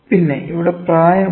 പിന്നെ ഇവിടെ പ്രായം ഉണ്ട്